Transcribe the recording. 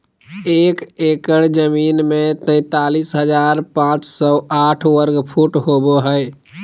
एक एकड़ जमीन में तैंतालीस हजार पांच सौ साठ वर्ग फुट होबो हइ